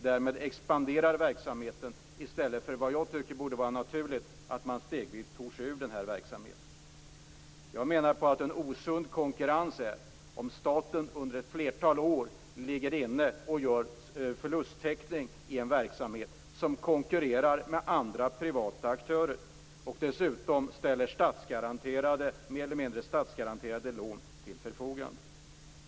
Därmed expanderar verksamheten i stället för det som jag tycker borde vara naturligt, dvs. att stegvis ta sig ur verksamheten. Jag menar att det är en osund konkurrens om staten under ett flertal år ligger inne och gör förlusttäckning i en verksamhet som konkurrerar med andra privata aktörer och dessutom ställer mer eller mindre statsgaranterade lån till förfogande.